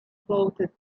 floated